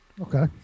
Okay